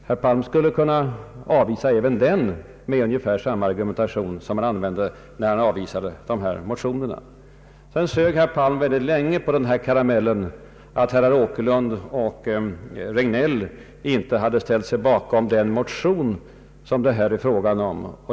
Herr Palm skulle kunna avvisa även dem med ungefär samma argumentation som han använde när han avvisade våra motioner. Sedan sög herr Palm länge på karamellen att herrar Åkerlund och Regnéll inte hade ställt sig bakom motionerna.